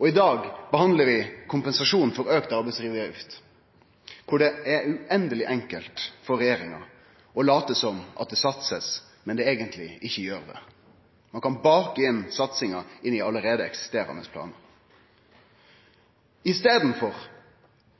I dag behandlar vi kompensasjonen for auka arbeidsgjevaravgift, der det er uendeleg enkelt for regjeringa å late som om det blir satsa, mens dei eigentlig ikkje gjer det. Ein kan bake inn satsinga i allereie eksisterande planar. I staden for